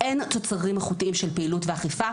אין תוצרים איכותיים של פעילות ואכיפה,